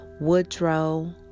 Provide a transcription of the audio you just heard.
Woodrow